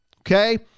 Okay